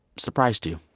surprised you?